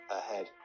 ahead